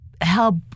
help